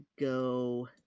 go